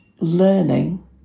learning